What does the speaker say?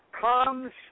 comes